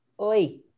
Oi